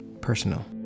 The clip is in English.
personal